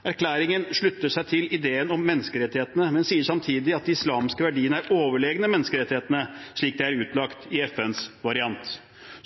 Erklæringen slutter seg til ideen om menneskerettighetene, men sier samtidig at de islamske verdiene er overlegne menneskerettighetene, slik de er utlagt i FNs variant.